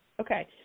Okay